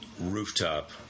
rooftop